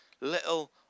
little